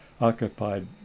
occupied